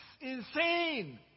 insane